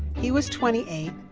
he was twenty eight.